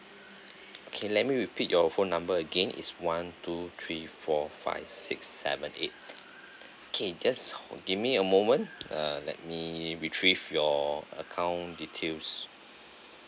okay let me repeat your phone number again it's one two three four five six seven eight okay just give me a moment err let me retrieve your account details